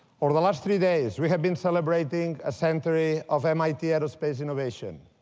over the last three days we have been celebrating a century of mit aerospace innovation.